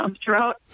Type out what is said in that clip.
throughout